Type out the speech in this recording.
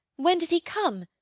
when did he come?